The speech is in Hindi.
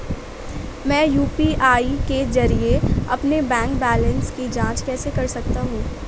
मैं यू.पी.आई के जरिए अपने बैंक बैलेंस की जाँच कैसे कर सकता हूँ?